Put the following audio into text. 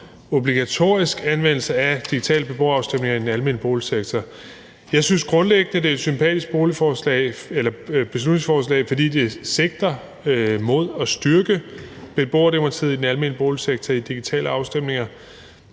obligatorisk anvendelse af digitale beboerafstemninger i den almene boligsektor. Jeg synes grundlæggende, det er et sympatisk beslutningsforslag, fordi det sigter mod at styrke beboerdemokratiet i den almene boligsektor med digitale afstemninger.